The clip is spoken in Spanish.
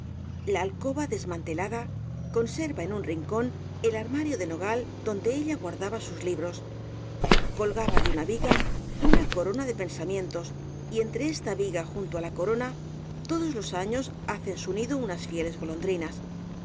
la alcoba desmantelada conserva en un rincón el armario de nogal donde ella guardaba sus libros colgaba de una viga una corona de pensamientos y entre esta viga junto á la corona todos los años hacen su nido unas fieles golondrinas